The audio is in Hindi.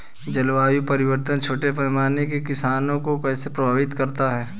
जलवायु परिवर्तन छोटे पैमाने के किसानों को कैसे प्रभावित करता है?